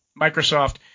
Microsoft